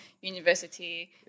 university